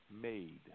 made